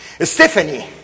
Stephanie